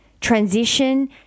Transition